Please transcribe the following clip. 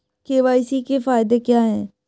KYC के फायदे क्या है?